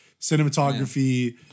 cinematography